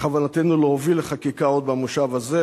בכוונתנו להוביל לחקיקה עוד במושב הזה.